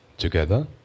together